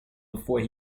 before